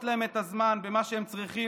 להם את הזמן לעסוק במה שהם צריכים,